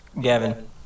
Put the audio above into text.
Gavin